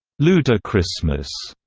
ludachristmas,